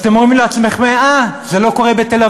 אז אתם אומרים לעצמכם: אה, זה לא קורה בתל-אביב.